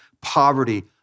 poverty